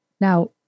Now